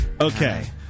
Okay